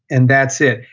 and that's it.